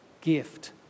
gift